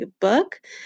book